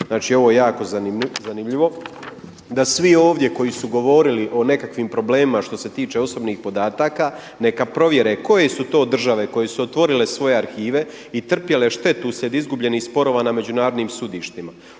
znači ovo je jako zanimljivo da svi ovdje koji su govorili o nekakvim problemima što se tiče osobnih podataka neka provjere koje su to države koje su otvorile svoje arhive i trpjele štetu uslijed izgubljenih sporova na međunarodnim sudištima.